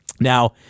Now